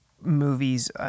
movies